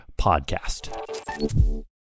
podcast